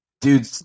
dude